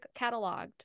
cataloged